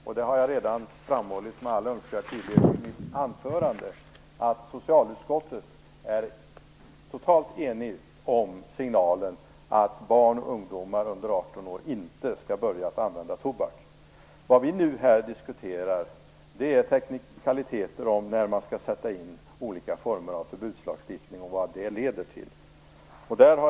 Jag har redan med all önskvärd tydlighet framhållit i mitt anförande att socialutskottet är totalt enigt om signalen att barn och ungdomar under 18 år inte skall börja att använda tobak. Vi diskuterar nu teknikaliteter om när man skall sätta in olika former av förbudslagstiftning och om vad det leder till.